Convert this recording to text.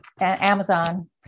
Amazon